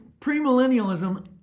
Premillennialism